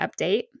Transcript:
update